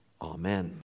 Amen